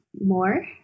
more